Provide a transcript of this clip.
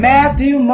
Matthew